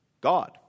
God